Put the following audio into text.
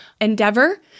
endeavor